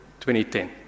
2010